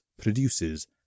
produces